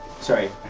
sorry